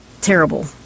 terrible